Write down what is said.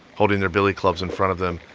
holding their billy clubs in front of them.